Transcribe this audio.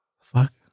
Fuck